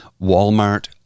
Walmart